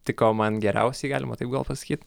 tiko man geriausiai galima taip gal pasakyt